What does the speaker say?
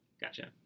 Gotcha